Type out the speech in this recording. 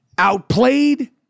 Outplayed